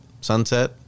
sunset